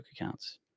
accounts